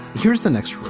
here's the next.